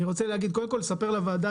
אני רוצה קודם כל לספר לוועדה,